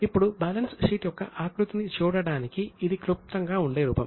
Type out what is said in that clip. ఇప్పుడు balance sheet యొక్క ఆకృతిని చూడడానికి ఇది క్లుప్తంగా ఉండే రూపం